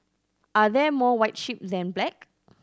are there more white sheep than black